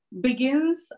begins